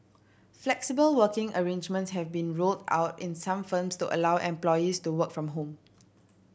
flexible working arrangements have been rolled out in some firms to allow employees to work from home